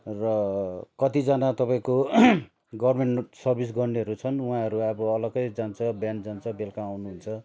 र कतिजना तपाईंको गभर्न्मेन्ट सर्भिस गर्नेहरू छन् उहाँहरू अब अलग्गै जान्छ बिहान जान्छ बेलुका आउनुहुन्छ